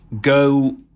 go